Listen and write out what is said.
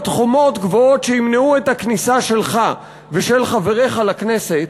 חומות גבוהות שימנעו את הכניסה שלך ושל חבריך לכנסת,